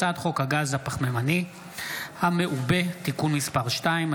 הצעת חוק הגז הפחמימני המעובה (תיקון מס' 2),